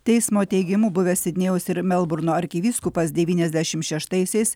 teismo teigimu buvęs sidnėjaus ir melburno arkivyskupas devyniasdešimt šeštaisiais